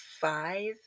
Five